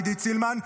עידית סילמן,